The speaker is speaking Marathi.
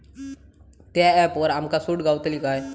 त्या ऍपवर आमका सूट गावतली काय?